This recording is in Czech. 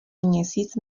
měsíc